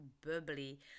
bubbly